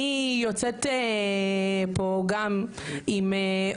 אני יוצאת פה גם עם